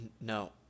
No